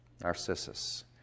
Narcissus